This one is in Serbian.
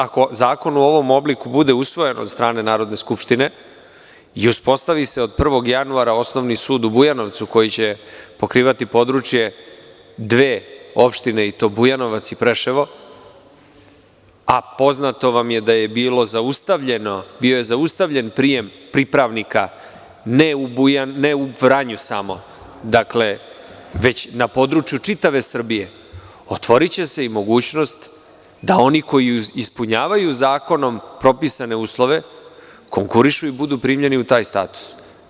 Ako zakon u ovom obliku bude usvojen od strane Narodne skupštine i uspostavi se od 01. januara Osnovni sud u Bujanovcu koji će pokrivati područje dve opštine i to Bujanovac i Preševo, a poznato vam je da je bilo zaustavljeno prijem pripravnika, ne samo u Vranju, već na području čitave Srbije, otvoriće se i mogućnost da oni koji ispunjavaju zakonom propisane uslove konkurišu i budu primljeni u taj status.